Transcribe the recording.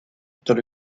dans